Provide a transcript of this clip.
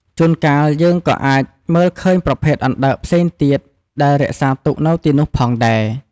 ជួនកាល យើងក៏អាចមើលឃើញប្រភេទអណ្ដើកផ្សេងទៀតដែលរក្សាទុកនៅទីនោះផងដែរ ។